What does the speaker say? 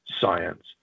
science